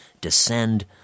descend